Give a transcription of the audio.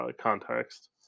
context